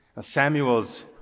Samuel's